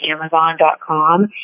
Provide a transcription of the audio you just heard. Amazon.com